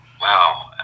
Wow